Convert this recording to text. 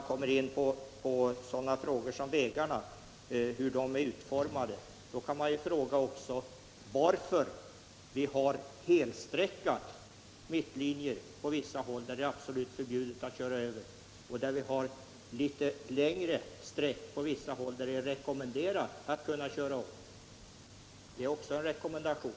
Kommer man in på hur vägarna är gjorda, kan man också fråga sig varför vi på vissa ställen har helstreckade mittlinjer, som det är absolut förbjudet att korsa, och varför vi har litet längre streck på andra ställen, Nr 23 där man rekommenderas att köra om med försiktighet. Det är också Onsdagen den